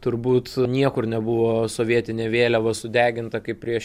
turbūt niekur nebuvo sovietinė vėliava sudeginta kaip prieš